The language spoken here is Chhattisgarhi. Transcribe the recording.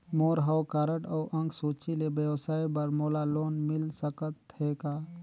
मोर हव कारड अउ अंक सूची ले व्यवसाय बर मोला लोन मिल सकत हे का?